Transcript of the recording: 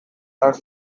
are